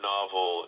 novel